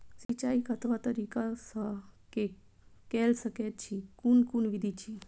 सिंचाई कतवा तरीका स के कैल सकैत छी कून कून विधि अछि?